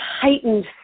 heightened